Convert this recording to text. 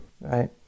Right